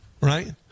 right